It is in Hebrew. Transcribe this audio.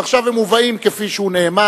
ועכשיו הם מובאים כפי שהוא אמר.